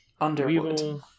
Underwood